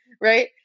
right